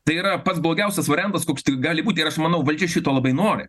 tai yra pats blogiausias variantas koks tik gali būt ir aš manau valdžia šito labai nori